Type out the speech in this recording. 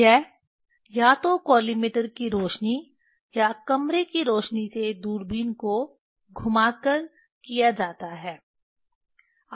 यह या तो कॉलिमेटर की रोशनी या कमरे की रोशनी से दूरबीन को घुमा कर किया जाता है